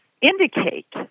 indicate